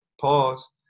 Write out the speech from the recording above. Pause